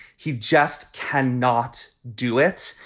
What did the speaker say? he just can not do it.